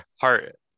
heart